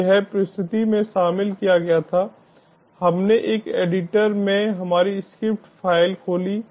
तो यह प्रस्तुति में शामिल किया गया था हमने एक एडिटर में हमारी स्क्रिप्ट फ़ाइल खोली